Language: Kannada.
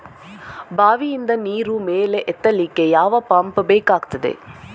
ಬಾವಿಯಿಂದ ನೀರು ಮೇಲೆ ಎತ್ತಲಿಕ್ಕೆ ಯಾವ ಪಂಪ್ ಬೇಕಗ್ತಾದೆ?